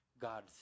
God